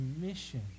mission